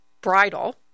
Bridle